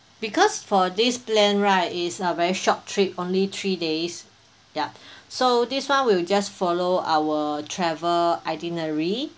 because for this plan right is a very short trip only three days ya so this one we will just follow our travel itinerary